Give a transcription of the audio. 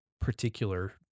particular